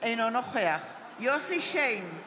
אינו נוכח יוסף שיין,